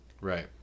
Right